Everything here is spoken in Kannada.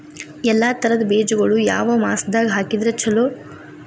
ಎಲ್ಲಾ ತರದ ಬೇಜಗೊಳು ಯಾವ ಮಾಸದಾಗ್ ಹಾಕಿದ್ರ ಛಲೋ?